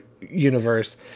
universe